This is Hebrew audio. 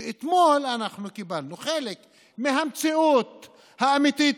ואתמול קיבלנו חלק מהמציאות האמיתית,